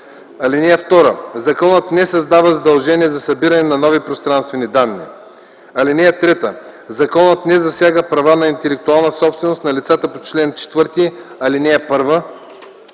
(2) Законът не създава задължение за събиране на нови пространствени данни. (3) Законът не засяга права на интелектуална собственост на лицата по чл. 4, ал. 1.